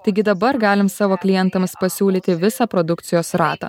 taigi dabar galim savo klientams pasiūlyti visą produkcijos ratą